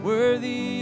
Worthy